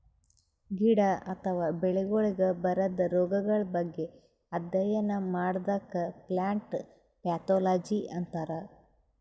ಗಿಡ ಅಥವಾ ಬೆಳಿಗೊಳಿಗ್ ಬರದ್ ರೊಗಗಳ್ ಬಗ್ಗೆ ಅಧ್ಯಯನ್ ಮಾಡದಕ್ಕ್ ಪ್ಲಾಂಟ್ ಪ್ಯಾಥೊಲಜಿ ಅಂತರ್